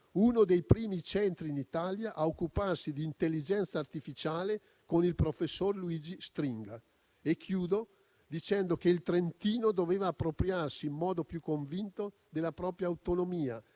uno dei primi centri in Italia a occuparsi di intelligenza artificiale con il professor Luigi Stringa. Concludo dicendo che il Trentino doveva appropriarsi in modo più convinto della propria autonomia,